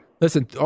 Listen